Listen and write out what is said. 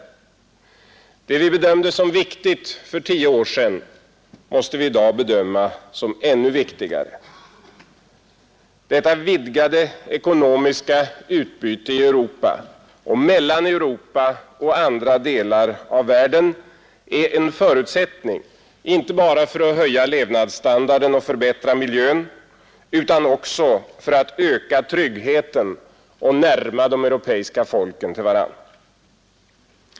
Det vi bedömde som viktigt för tio år sedan måste vi i dag bedöma som ännu viktigare. Detta vidgade ekonomiska utbyte i Europa och mellan Europa och andra delar av världen är en förutsättning inte bara för att höja levnadsstandarden och förbättra miljön utan också för att öka tryggheten och närma de europeiska folken till varandra.